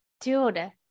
Dude